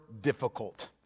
difficult